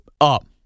up